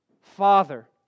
Father